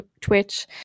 twitch